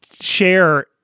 share